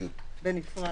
מצביעים.